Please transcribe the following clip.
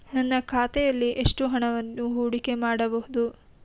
ನನ್ನ ಖಾತೆಯಲ್ಲಿ ಎಷ್ಟು ಹಣವನ್ನು ಹೂಡಿಕೆ ಮಾಡಬಹುದು?